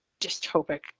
dystopic